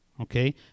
okay